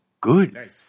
good